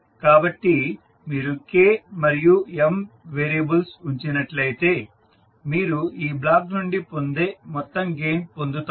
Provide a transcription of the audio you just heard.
కాబట్టి మీరు K మరియు M వేరియబుల్స్ ఉంచినట్లయితే మీరు ఈ బ్లాక్ నుండి పొందే మొత్తం గెయిన్ పొందుతారు